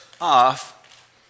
off